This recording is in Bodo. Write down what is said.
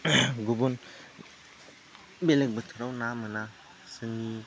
गुबुन बेलेक बोथोराव ना मोना जोंनि